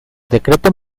decreto